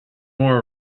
more